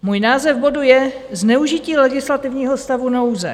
Můj název bodu je Zneužití legislativního stavu nouze.